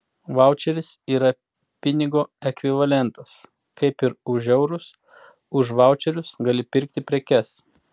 vaučeris yra pinigo ekvivalentas kaip ir už eurus už vaučerius gali pirkti prekes